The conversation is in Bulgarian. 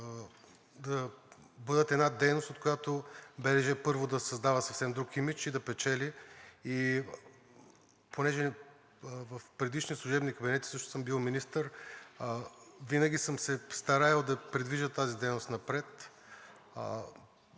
да бъдат една дейност, от която БДЖ, първо, да създава съвсем друг имидж и да печели. И понеже в предишния служебен кабинет също съм бил министър, винаги съм се стараел да придвижа тази дейност напред,